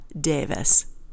Davis